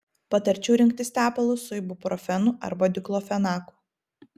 patarčiau rinktis tepalus su ibuprofenu arba diklofenaku